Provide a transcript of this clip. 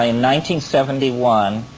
ah seventy one,